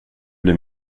blir